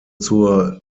zur